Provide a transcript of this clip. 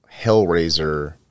Hellraiser